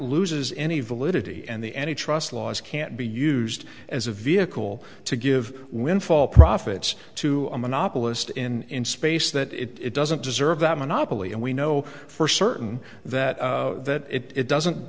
loses any validity and the any trust laws can't be used as a vehicle to give windfall profits to a monopolist in space that it doesn't deserve that monopoly and we know for certain that that it doesn't